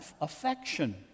affection